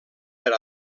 per